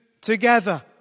together